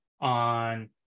on